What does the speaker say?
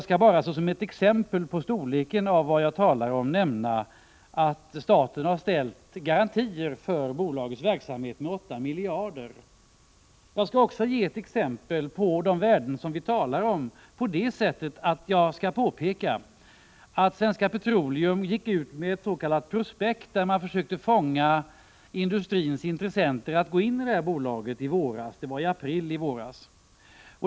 Såsom ett exempel på storleken av det jag talar om kan jag nämna att staten har ställt garantier för bolagets verksamhet med 8 miljarder kronor. Jag skall också ge ett exempel på vilka värden vi talar om på det sättet att jag påpekar att Svenska Petroleum i april i våras gick ut med ett s.k. prospekt, där man försökte fånga industrins intresse att gå in i bolaget.